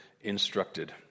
instructed